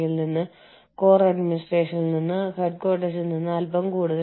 തുടർന്ന് നിങ്ങൾ അന്താരാഷ്ട്ര ഡിവിഷനിലേക്കോ ആഗോള ഉൽപ്പന്ന വിഭാഗത്തിലേക്കോ നീങ്ങുന്നു